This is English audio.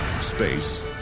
space